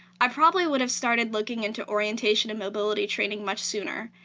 i probably would have started looking into orientation and mobility training much sooner,